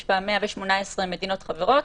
יש בה 118 מדינות חברות,